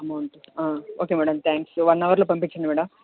amount ఆ okay madam thanks one అవర్లో పంపించండి మేడం